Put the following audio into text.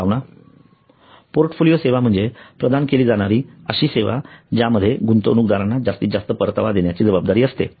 प्रस्तावना पोर्टफोलिओ सेवा म्हणजे प्रदान केली जाणारी अशी सेवा ज्यामध्ये गुंतवणूकदारांना जास्तीत जास्त परतावा देण्याची जबाबदारी असते